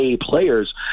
players